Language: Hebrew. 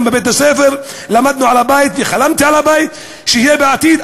וגם בבית-הספר למדנו על הבית וחלמתי על הבית שיהיה בעתיד.